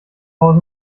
hause